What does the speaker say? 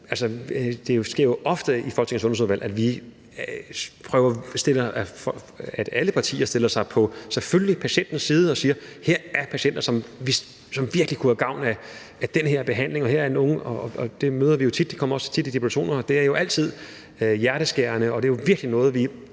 Det sker jo ofte i Folketingets Sundhedsudvalg, at alle partier selvfølgelig stiller sig på patientens side og siger, at her er patienter, som virkelig kunne have gavn af den her behandling. Vi møder dem jo tit, for de kommer også tit i deputationer, og det er jo altid hjerteskærende, og det er virkelig noget, vi